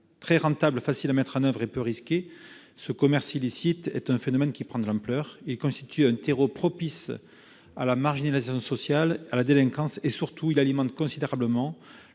Très rentable, facile à mettre en oeuvre et peu risqué, le commerce illicite de tabac de contrebande s'accroît. Il constitue un terreau propice à la marginalisation sociale et à la délinquance, mais surtout alimente considérablement